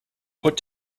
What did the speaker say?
put